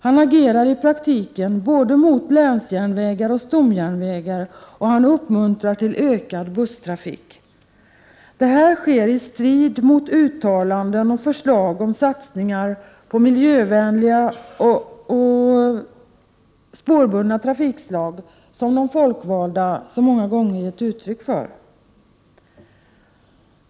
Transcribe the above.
Han agerar i praktiken både mot länsjärnvägar och stomjärnvägar, och han uppmuntrar till ökad busstrafik. Det här sker i strid mot uttalanden och förslag och satsningar på miljövänliga och spårbundna trafikslag, som de folkvalda så många gånger gett uttryck för.